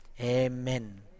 Amen